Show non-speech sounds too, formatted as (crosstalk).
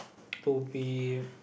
(noise) to be